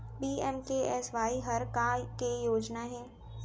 PMKSY हर का के योजना हे?